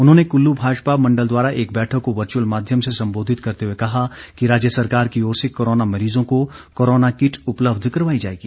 उन्होंने कुल्लू भाजपा मंडल द्वारा एक बैठक को वर्चुअल माध्यम से संबोधित करते हुए कहा कि राज्य सरकार की ओर से कोरोना मरीजों को कोरोना किट उपलब्ध करवाई जाएगी